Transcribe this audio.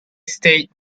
state